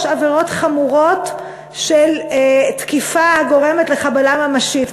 עבירות חמורות של תקיפה הגורמת לחבלה ממשית.